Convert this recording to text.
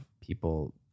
people